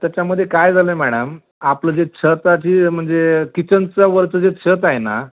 त्याच्यामध्ये काय झालं आहे मॅडम आपलं जे छताची म्हणजे किचनचा वरचं जे छत आहे ना